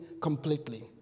completely